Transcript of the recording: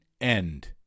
end